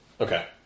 Okay